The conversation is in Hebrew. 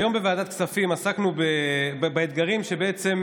היום בוועדת הכספים עסקנו באתגרים שעימם